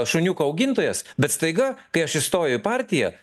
šuniuko augintojas bet staiga kai aš įstoju į partiją